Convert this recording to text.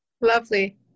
Lovely